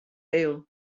hewl